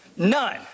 None